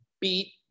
beat